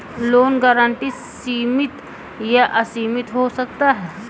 loan guarantee सीमित या असीमित हो सकता है